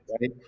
right